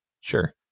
sure